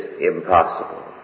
impossible